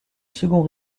second